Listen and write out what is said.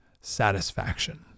satisfaction